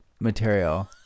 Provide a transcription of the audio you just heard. material